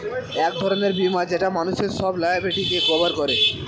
এক ধরনের বীমা যেটা মানুষের সব লায়াবিলিটিকে কভার করে